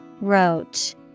Roach